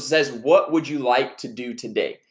says what would you like to do today?